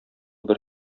бер